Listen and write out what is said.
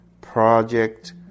Project